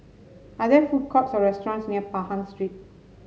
are there food courts or restaurants near Pahang Street